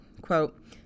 quote